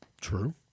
True